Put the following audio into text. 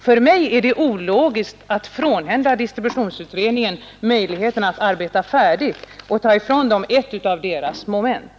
För mig är det ologiskt att frånhända distributionsutredningen möjligheten att fullborda sitt arbete när man nu vill ta ifrån den ett av delarna i deras arbete.